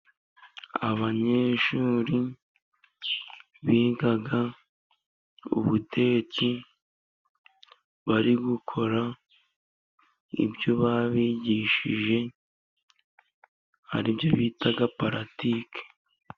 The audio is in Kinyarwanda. Abanyeshuri biga ubutetsi, bari gukora ibyo babigishije ari byo bita paratike.